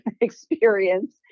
experience